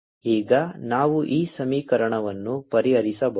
ಈಗ ನಾವು ಈ ಸಮೀಕರಣವನ್ನು ಪರಿಹರಿಸಬಹುದು